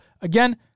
Again